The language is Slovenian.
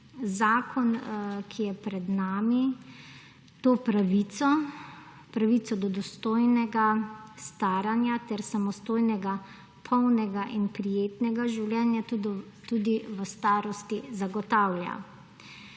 Zakon, ki je pred nami, to pravico, pravico do dostojnega staranja ter samostojnega polnega in prijetnega življenja tudi v starosti zagotavlja.